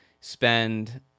spend